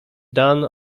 done